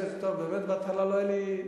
היה פה, באמת בהתחלה לא היה לי,